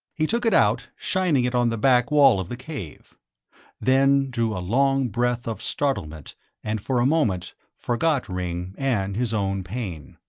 he took it out, shining it on the back wall of the cave then drew a long breath of startlement and for a moment forgot ringg and his own pain.